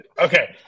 Okay